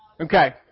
Okay